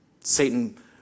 Satan